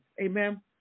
Amen